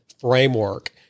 framework